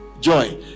Joy